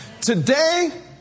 Today